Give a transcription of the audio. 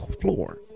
floor